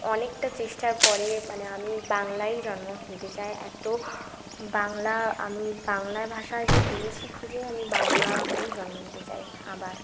অনেকটা চেষ্টার পরে মানে আমি বাংলায় জন্ম নিতে চাই এত বাংলা আমি বাংলা ভাষায় যে পেয়েছি খুঁজে আমি বাংলাতেই জন্ম নিতে চাই আবার